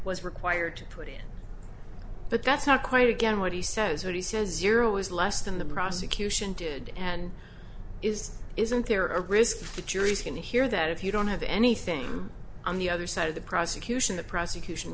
was required to put in but that's not quite again what he says when he says zero is less than the prosecution did and is isn't there a risk the jury's going to hear that if you don't have anything on the other side of the prosecution the prosecution